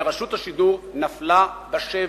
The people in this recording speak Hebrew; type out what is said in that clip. ורשות השידור נפלה בשבי.